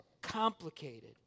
complicated